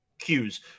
cues